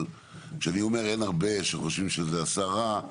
אבל כשאני אומר שאין הרבה שחושבים שזה עשה רע,